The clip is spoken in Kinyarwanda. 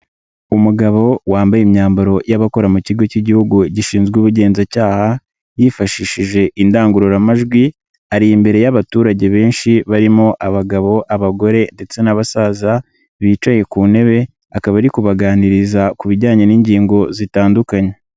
Umugabo wambaye imyambaro y'abakora mu kigo cy'igihugu gishinzwe ubugenzacyaha, yifashishije indangururamajwi, ari imbere y'abaturage benshi, barimo abagabo, abagore ndetse n'abasaza, bicaye ku ntebe, akaba ari kubaganiriza ku bijyanye n'ingingo zitandukanye.